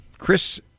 Chris